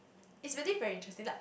it's really very interesting like